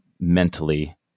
Mentally